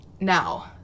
now